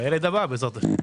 לגבי היתרות בעו"ש,